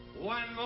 one